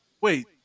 Wait